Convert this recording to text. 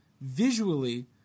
visually